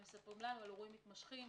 הם מספרים לנו על אירועים מתמשכים,